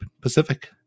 Pacific